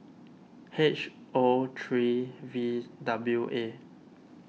H O three V W A